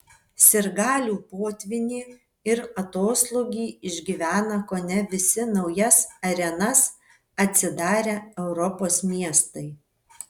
sirgalių potvynį ir atoslūgį išgyvena kone visi naujas arenas atsidarę europos miestai